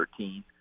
13